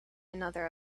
another